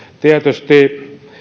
tietysti